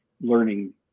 learning